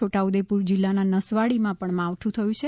છોટાઉદેપુર જિલ્લાના નસવાડીમાં પણ માવઠું થયું છે